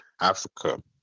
Africa